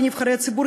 לנבחרי הציבור,